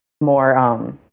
more